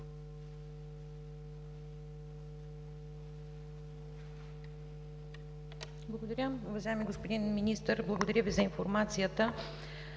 Благодаря.